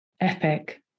epic